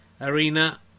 Arena